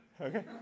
Okay